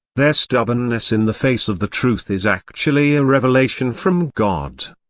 their stubbornness in the face of the truth is actually a revelation from god.